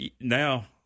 now